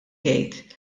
jgħid